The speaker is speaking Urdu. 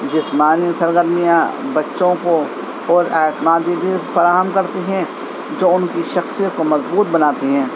جسمانی سرگرمیاں بچوں کو خوداعتمادی بھی فراہم کرتی ہیں جو ان کی شخصیت کو مضبوط بناتی ہیں